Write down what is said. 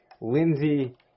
Lindsey